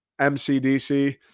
MCDC